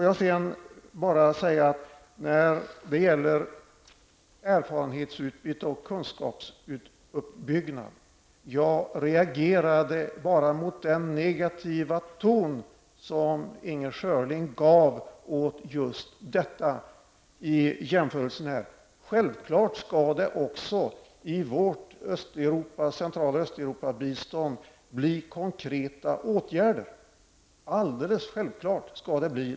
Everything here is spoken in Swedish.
Jag reagerade bara mot den negativa ton som Inger Schörling angav när det gäller erfarenhetsutbyte och kunskapsuppbyggnad i jämförelsen här. Det skall självfallet bli konkreta åtgärder i vårt Centraloch Östeuropabistånd.